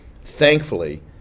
Thankfully